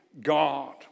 God